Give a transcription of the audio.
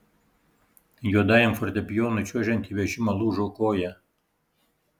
juodajam fortepijonui čiuožiant į vežimą lūžo koja